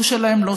שהיה משותף לכולם.